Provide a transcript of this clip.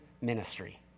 ministry